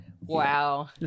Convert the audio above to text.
wow